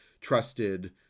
trusted